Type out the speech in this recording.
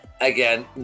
Again